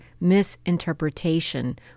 misinterpretation